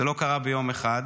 זה לא קרה ביום אחד,